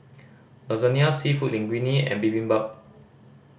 Lasagna Seafood Linguine and Bibimbap